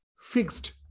fixed